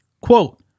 Quote